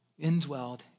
indwelled